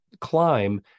climb